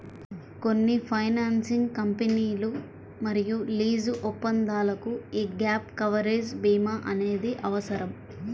కొన్ని ఫైనాన్సింగ్ కంపెనీలు మరియు లీజు ఒప్పందాలకు యీ గ్యాప్ కవరేజ్ భీమా అనేది అవసరం